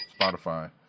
Spotify